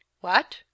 What